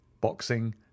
boxing